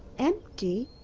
empty?